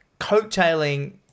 coattailing